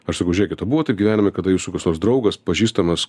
aš sakau žiūrėkit o buvo taip gyvenime kada jūsų koks nors draugas pažįstamas